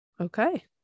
okay